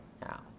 now